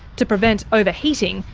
to prevent overheating,